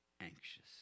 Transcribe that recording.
anxious